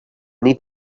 need